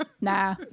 Nah